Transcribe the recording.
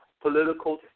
political